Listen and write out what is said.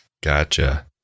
Gotcha